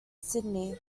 sydney